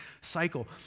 cycle